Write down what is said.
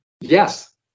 Yes